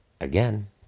again